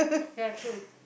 yeah true